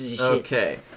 Okay